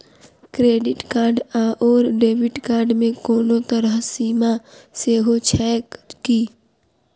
Credit card आओर debit card मे कोनो तरहक सीमा सेहो छैक की?